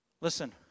Listen